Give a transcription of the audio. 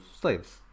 slaves